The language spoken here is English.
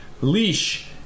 Leash